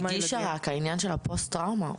העניין של הפוסט טראומה,